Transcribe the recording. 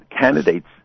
candidates